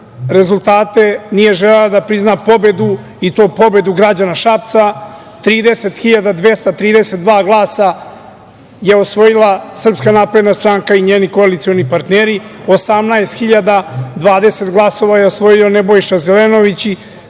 rezultate, nije želela da prizna pobedu i to pobedu građana Šapca, 30.232 glasa je osvojila SNS i njeni koalicioni partneri, 18.020 glasova je osvojio Nebojša Zelenović,